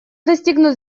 достигнут